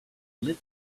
lit